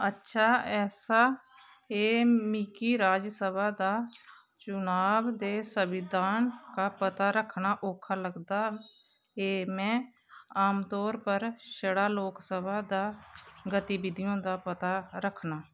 अच्छा ऐसा ऐ मिगी राज्य सभा दा चुनाव ते संविधान दा पता रखना औखा लगदा में आमतौर पर छड़ा लोकसभा दा गतिविधियें दा पता रखना